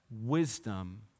wisdom